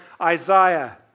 Isaiah